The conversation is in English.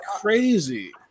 crazy